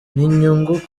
n’inyungu